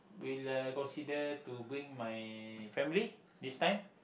will uh consider to bring my family this time